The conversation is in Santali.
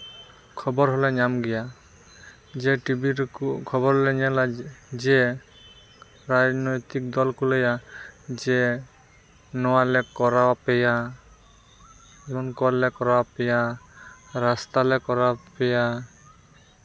ᱠᱷᱚᱵᱚᱨ ᱦᱚᱸᱞᱮ ᱧᱟᱢ ᱜᱮᱭᱟ ᱡᱮ ᱴᱤᱵᱷᱤ ᱨᱮᱠᱚ ᱠᱷᱚᱵᱚᱨ ᱞᱮ ᱧᱮᱞᱟ ᱡᱮ ᱨᱟᱡᱽᱱᱳᱭᱛᱤᱠ ᱫᱚᱞ ᱠᱚ ᱞᱟᱹᱭᱟ ᱡᱮ ᱱᱚᱣᱟᱞᱮ ᱠᱚᱨᱟᱣ ᱯᱮᱭᱟ ᱡᱮᱢᱚᱱ ᱠᱚᱞ ᱞᱮ ᱠᱚᱨᱟᱣ ᱯᱮᱭᱟ ᱨᱟᱥᱛᱟ ᱞᱮ ᱠᱚᱨᱟᱣ ᱯᱮᱭᱟ